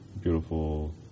beautiful